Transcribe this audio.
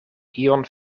ion